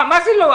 מה זה לא?